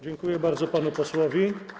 Dziękuję bardzo panu posłowi.